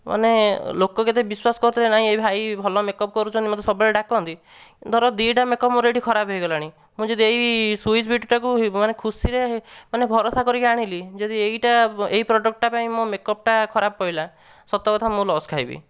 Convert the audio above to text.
ମାନେ ଲୋକ କେତେ ବିଶ୍ୱାସ କରୁଥିଲେ ନାଇଁ ଏଇ ଭାଇ ଭଲ ମେକଅପ୍ କରୁଛନ୍ତି ମୋତେ ସବୁବେଳେ ଡାକନ୍ତି ଧର ଦୁଇଟା ମେକଅପ୍ ମୋର ଏଇଠି ଖରାପ ହୋଇଗଲାଣି ମୁଁ ଯଦି ଏଇ ସ୍ଵିସ୍ ବିୟୁଟିଟାକୁ ମାନେ ଖୁସିରେ ମାନେ ଭରସା କରିକି ଆଣିଲି ଯଦି ଏଇଟା ଏଇ ପ୍ରଡକ୍ଟଟା ପାଇଁ ମୋ ମେକଅପ୍ଟା ଖରାପ ପଡ଼ିଲା ସତ କଥା ମୁଁ ଲସ୍ ଖାଇବି